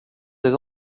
des